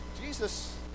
Jesus